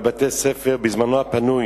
בבתי-הספר בזמנו הפנוי,